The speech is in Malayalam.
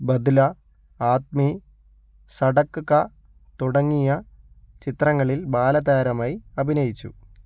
ബദ്ല ആദ്മി സഡക് കാ തുടങ്ങിയ ചിത്രങ്ങളിൽ ബാലതാരമായി അഭിനയിച്ചു